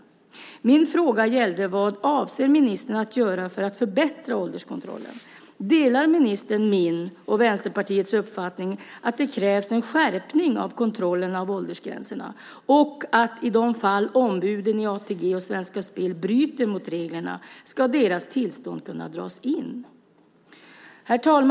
En av mina frågor gällde vad ministern avser att göra för att förbättra ålderskontrollen. Delar ministern min och Vänsterpartiets uppfattning att det krävs en skärpning av kontrollen av åldersgränserna och att i de fall ombuden i ATG och Svenska Spel bryter mot reglerna deras tillstånd ska kunna dras in? Herr talman!